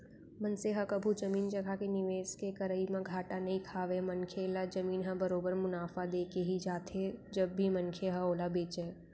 मनसे ह कभू जमीन जघा के निवेस के करई म घाटा नइ खावय मनखे ल जमीन ह बरोबर मुनाफा देके ही जाथे जब भी मनखे ह ओला बेंचय